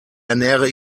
ernähre